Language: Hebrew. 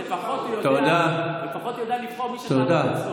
אבל לפחות הוא יודע לבחור את מי שתעבוד אצלו.